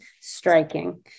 striking